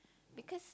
because